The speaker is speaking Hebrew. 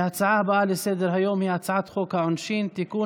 ההצעה הבאה בסדר-היום היא הצעת חוק העונשין (תיקון,